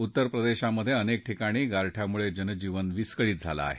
उत्तरप्रदेशात अनेक ठिकाणी गारव्यामुळे जनजीवन विस्कळीत झालं आहे